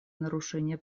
нарушения